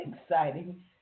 exciting